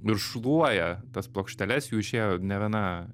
ir šluoja tas plokšteles jų išėjo ne viena